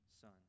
son